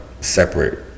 separate